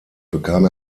bekam